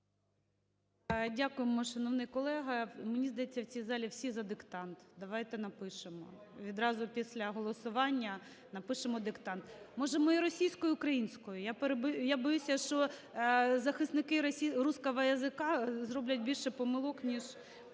Дякуємо, шановний колего. Мені здається, в цій залі всі за диктант, давайте напишемо. Відразу після голосування напишемо диктант. Можемо і російською, і українською. Я боюся, що захисникирусского языка зроблять більше помилок, ніж